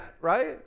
right